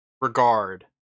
regard